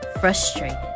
frustrated